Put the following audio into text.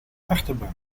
achterbank